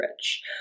rich